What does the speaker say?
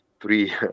three